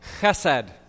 chesed